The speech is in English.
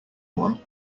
one